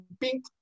pink